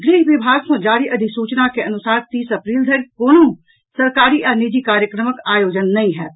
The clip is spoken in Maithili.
गृह विभाग सँ जारी अधिसूचना के अनुसार तीस अप्रील धरि कोनहु सरकारी आ निजी कार्यक्रमक आयोजन नहि होयत